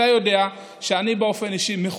אתה יודע שאני מחויב באופן אישי.